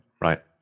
Right